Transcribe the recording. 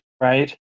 Right